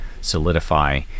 solidify